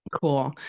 Cool